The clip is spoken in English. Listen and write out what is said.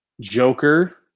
joker